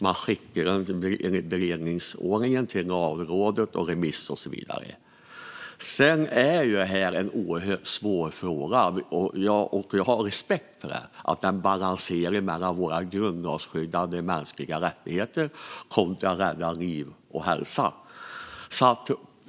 Man skickar den enligt beredningsordningen till Lagrådet, på remiss och så vidare. Sedan är det här en oerhört svår fråga, och jag har respekt för det. Den balanserar mellan våra grundlagsskyddade mänskliga rättigheter kontra att rädda liv och hälsa.